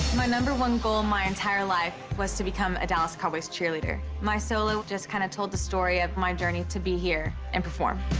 my number one goal my entire life was to become a dallas cowboys cheerleader. my solo just kind of told the story of my journey to be here and perform.